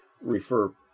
refer